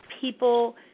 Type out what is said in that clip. people